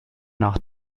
nach